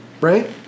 right